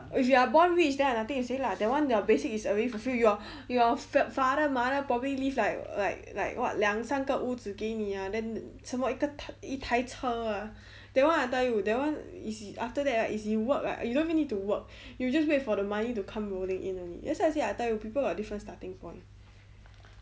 if you are born rich then I nothing to say lah that one your basic is already for free your your father mother probably leave like like like what 两三个屋子给你 ah then 什么一个一台车 ah that [one] I tell you that one is after that right is you work right you don't even need to work you just wait for the money to come rolling in only that's why I say I tell you people got different starting point